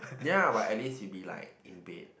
ya but at least you be like in bed